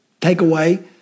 takeaway